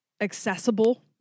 accessible